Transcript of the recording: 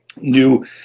new